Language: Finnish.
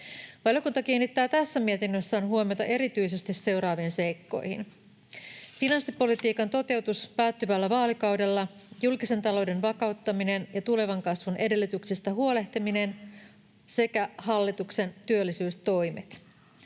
Valiokunta kiinnittää tässä mietinnössään huomiota erityisesti seuraaviin seikkoihin: finanssipolitiikan toteutus päättyvällä vaalikaudella, julkisen talouden vakauttaminen ja tulevan kasvun edellytyksistä huolehtiminen sekä hallituksen työllisyystoimet.